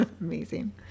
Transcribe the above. amazing